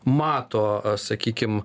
mato sakykime